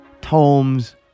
Tomes